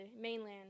mainland